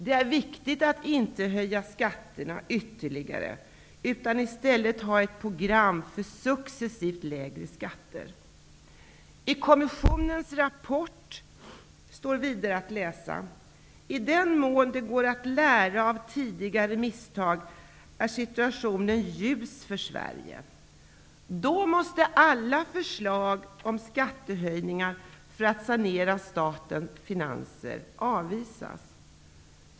Det är viktigt att inte höja skatterna ytterligare utan i stället ha ett program för successivt lägre skatter. I kommissionens rapport står vidare att läsa att i den mån det går att lära av tidigare misstag är situationen ljus för Sverige. Då måste alla förslag om skattehöjningar för att sanera statens finanser avvisas.